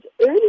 early